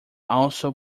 also